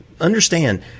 understand